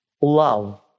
love